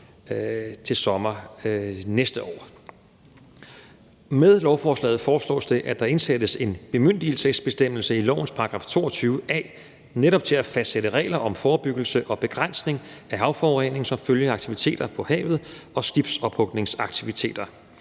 til sommer næste år. Med lovforslaget foreslås det, at der indsættes en bemyndigelsesbestemmelse i lovens § 22 a til netop at fastsætte regler om forebyggelse og begrænsning af havforurening som følge af aktiviteter på havet og skibsophugningsaktiviteter.